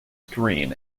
screen